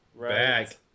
Back